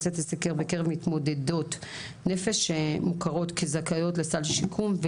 לצאת לסקר בקרב מתמודדות נפש שמוכרות כזכאיות לסל שיקום,